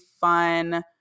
fun